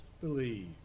believe